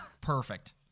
Perfect